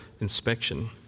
inspection